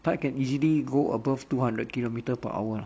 它 can easily go above two hundred kilometer per hour lah